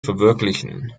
verwirklichen